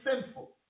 sinful